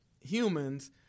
humans